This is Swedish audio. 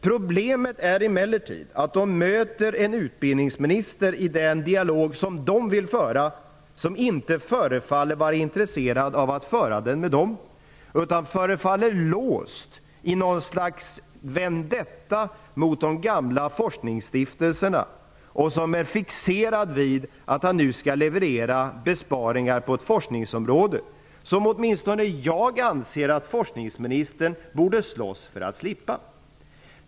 Problemet är emellertid att de i den dialog som de vill föra möter en utbildningsminister som inte förefaller vara intresserad av att föra den med dem utan förefaller låst i något slags vendetta mot de gamla forskningsstiftelserna och som är fixerad vid att man nu skall leverera besparingar på ett forskningsområde, som åtminstone jag anser att forskningsministern borde slåss för att slippa.